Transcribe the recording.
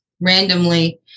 randomly